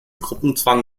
gruppenzwang